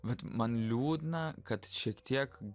vat man liūdna kad šiek tiek